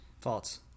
False